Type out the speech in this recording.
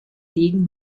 legen